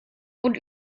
und